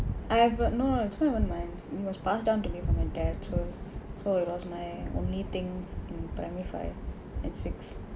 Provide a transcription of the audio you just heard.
I have a no no it's not even mine it was passed down to me from my dad so so it was my only thing in primary five and six